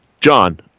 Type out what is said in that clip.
John